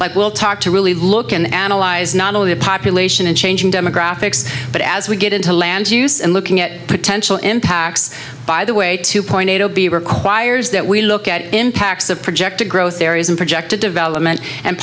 like we'll talk to really look and analyze not only the population and changing demographics but as we get into land use and looking at potential impacts by the way two point eight o b requires that we look at impacts of projected growth areas in projected development and